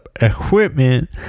equipment